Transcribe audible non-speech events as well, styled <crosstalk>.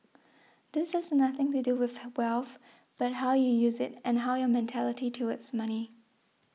this has nothing to do with <unintelligible> wealth but how you use it and how your mentality towards money